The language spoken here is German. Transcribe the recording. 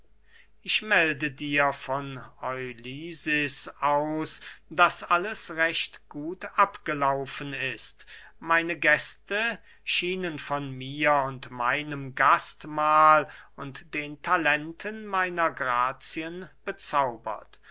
ich melde dir von eleusis aus daß alles recht gut abgelaufen ist meine gäste schienen von mir und meinem gastmahl und den talenten meiner grazien bezaubert